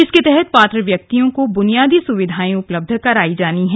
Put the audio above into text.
इसके तहत पात्र व्यक्तियों को बुनियादी सुविधाएं उपलब्ध कराई जानी है